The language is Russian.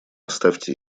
оставьте